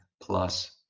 plus